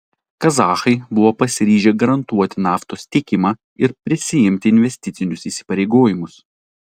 kazachai buvo pasiryžę garantuoti naftos tiekimą ir prisiimti investicinius įsipareigojimus